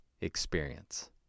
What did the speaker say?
experience